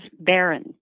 Baron